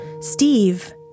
Steve